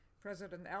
President